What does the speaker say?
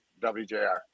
wjr